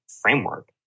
framework